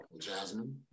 Jasmine